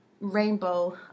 rainbow